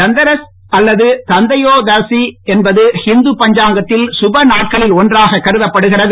தந்தராஸ் அல்லது தந்தையோதாஷி என்பது ஹிந்து பஞ்சாங்கத்தில் சுப நாட்களில் ஒன்றாக கருதப்படுகிறது